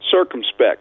Circumspect